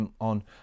On